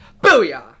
Booyah